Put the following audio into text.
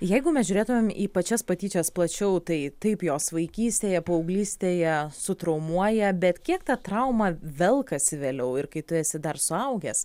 jeigu mes žiūrėtumėm į pačias patyčias plačiau tai taip jos vaikystėje paauglystėje sutraumuoja bet kiek ta trauma velkasi vėliau ir kai tu esi dar suaugęs